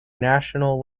national